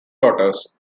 daughters